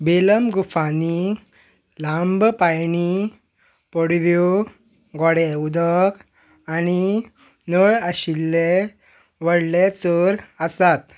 बेलम गुफांनी लांब पाळणीं पडव्यो गोडे उदक आनी नळ आशिल्ले व्हडले चर आसात